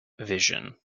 vision